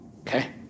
okay